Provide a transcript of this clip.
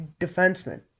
defenseman